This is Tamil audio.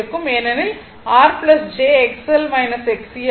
ஏனெனில் R j XL XC ஆகும்